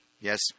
Yes